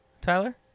Tyler